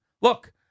look